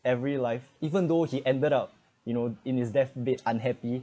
every life even though he ended up you know in his deathbed unhappy